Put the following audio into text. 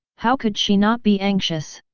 how could she not be anxious?